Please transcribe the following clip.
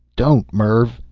don't mervv.